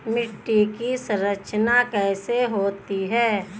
मिट्टी की संरचना कैसे होती है?